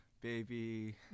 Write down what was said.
baby